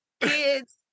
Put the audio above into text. kids